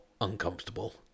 uncomfortable